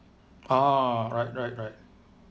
ah right right right